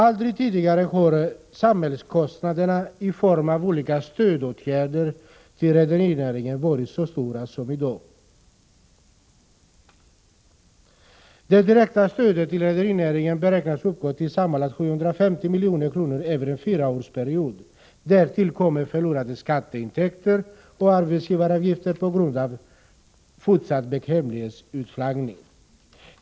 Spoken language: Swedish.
Aldrig tidigare har samhällskostnaderna i form av olika stödåtgärder till rederinäringen varit så stora som i dag. Det direkta stödet till rederinäringen beräknas uppgå till sammanlagt 750 milj.kr. under en fyraårsperiod. Därtill kommer förlorade skatteintäkter och arbetsgivaravgifter på grund av fortsatt bekvämlighetsutflaggning.